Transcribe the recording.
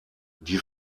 die